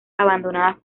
abandonadas